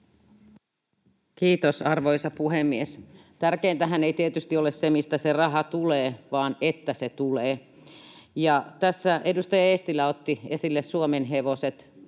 Kiitos, arvoisa puhemies! Tärkeintähän ei tietysti ole se, mistä se raha tulee, vaan että se tulee. Ja tässä edustaja Eestilä otti esille suomenhevoset.